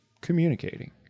Communicating